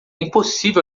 impossível